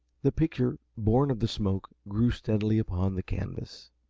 the picture born of the smoke grew steadily upon the canvas.